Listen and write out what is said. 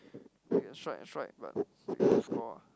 strike strike but still can score ah